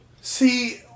See